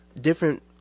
different